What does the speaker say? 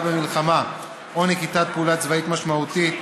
במלחמה או נקיטת פעולה צבאית משמעותית),